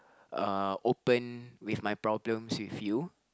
uh open with my problems with you